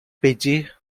pedir